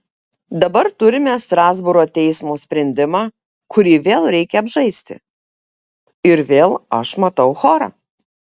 dabar turime strasbūro teismo sprendimą kurį vėl reikia apžaisti ir vėl aš matau chorą